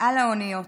על האוניות: